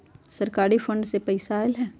सरकारी फंड से पईसा आयल ह?